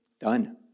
done